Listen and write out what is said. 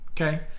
okay